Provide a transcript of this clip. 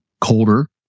colder